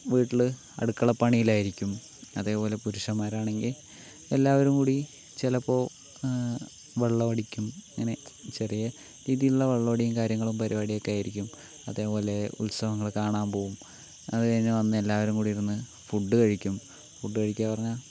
വീട്ടിൽ അടുക്കള പണിയിലായിരിക്കും അതേപോലെ പുരുഷന്മാരാണെങ്കിൽ എല്ലാവരും കൂടി ചിലപ്പോൾ വെള്ളമടിക്കും ഇങ്ങനെ ചെറിയ രീതിയിലുള്ള വെള്ളമടിയും കാര്യങ്ങളും പരിപാടിയൊക്കെ ആയിരിക്കും അതേപോലെ ഉത്സവങ്ങൾ കാണാൻ പോകും അതുകഴിഞ്ഞ് വന്ന് എല്ലാരും കൂടിയിരുന്ന് ഫുഡ് കഴിക്കും ഫുഡ് കഴിക്കുക പറഞ്ഞാൽ